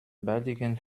baldigen